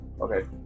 Okay